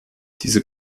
diese